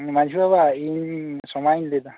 ᱢᱟᱹᱡᱷᱤ ᱵᱟᱵᱟ ᱤᱧ ᱥᱚᱢᱟᱭ ᱤᱧ ᱞᱟᱹᱭᱮᱫᱟ